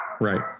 Right